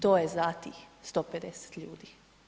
To je za tih 150 ljudi.